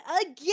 again